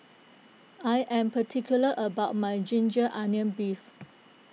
I am particular about my Ginger Onions Beef